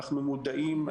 אנחנו מודעים,